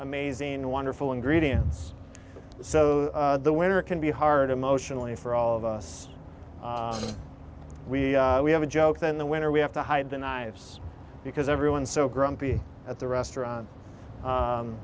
amazing and wonderful ingredients so the winter can be hard emotionally for all of us we we have a joke in the winter we have to hide the knives because everyone's so grumpy at the restaurant